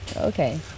Okay